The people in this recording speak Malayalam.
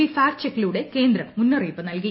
ബി ഫാക്ട് ചെക്കിലൂടെ കേന്ദ്രം മുന്നറിയിപ്പ് നൽകി